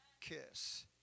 kiss